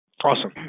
Awesome